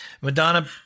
Madonna